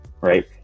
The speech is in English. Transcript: Right